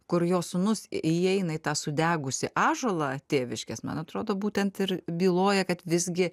kur jo sūnus įeina į tą sudegusį ąžuolą tėviškės man atrodo būtent ir byloja kad visgi